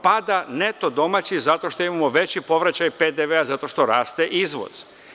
Pada neto domaći zato što imamo veći povraćaj PDV-a zato što raste izvoz.